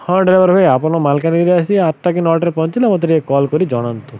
ହଁ ଡ୍ରାଇଭର୍ ଭାଇ ଆପଣ ମାଲକାନଗିରି ଆଠଟା କି ନଅଟାରେ ପହଞ୍ଚିଲେ ମୋତେ ଟିକେ କଲ୍ କରି ଜଣାନ୍ତୁ